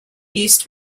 east